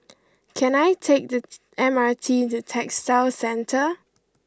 can I take the M R T The Textile Centre